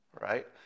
right